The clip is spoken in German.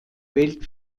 wählt